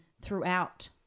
throughout